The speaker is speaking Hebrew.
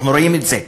אנחנו רואים את זה,